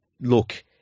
Look